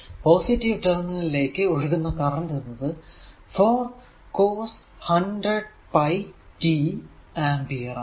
positive terminal ലേക്ക് ഒഴുകുന്ന current എന്നത് 4 cos 100πt ആംപിയർ ആണ്